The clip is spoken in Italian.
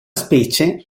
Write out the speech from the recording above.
specie